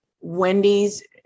Wendy's